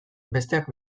besteak